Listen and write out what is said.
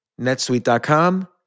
Netsuite.com